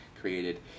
created